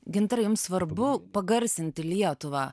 gintaru jums svarbu pagarsinti lietuvą